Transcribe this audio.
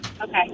Okay